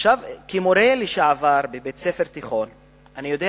כמורה לשעבר בבית-ספר תיכון אני יודע